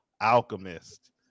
Alchemist